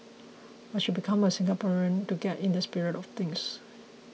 I should become a Singaporean to get in the spirit of things